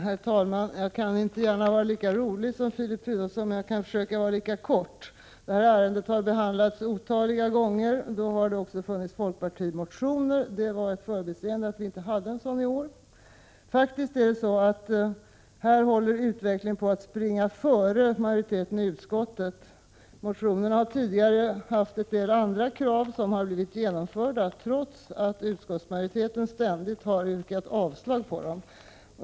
Herr talman! Jag kan inte gärna vara lika rolig som Filip Fridolfsson, men jag kan försöka vara lika kortfattad. Detta ärende har behandlats otaliga gånger och också då har det funnits folkpartimotioner. Det var ett förbiseende att vi inte hade en sådan i år. Utvecklingen håller faktiskt på att springa före majoriteten i utskottet. Motionerna har tidigare innehållit en del andra krav, som har blivit genomförda trots att utskottsmajoriteten ständigt har yrkat avslag på dem.